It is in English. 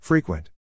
Frequent